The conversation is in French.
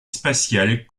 spatiale